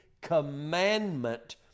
commandment